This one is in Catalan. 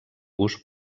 gust